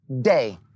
Day